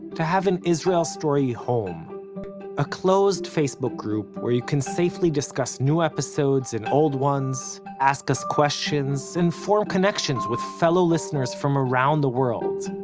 to have an israel story home a closed facebook group where you can safely discuss new episodes and old ones, ask us questions, and form connections with fellow listeners from around the world.